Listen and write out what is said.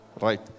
Right